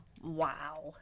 wow